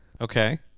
Okay